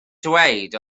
dweud